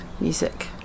music